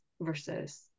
versus